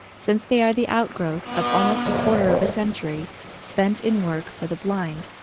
since they are the outgrowth of almost a quarter of a century spent in work for the blind,